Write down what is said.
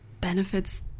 benefits